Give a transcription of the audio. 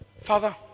Father